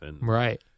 Right